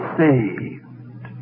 saved